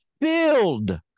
filled